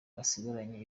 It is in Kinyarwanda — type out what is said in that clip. basigaranye